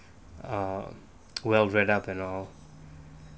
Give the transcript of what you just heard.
uh well read-up and all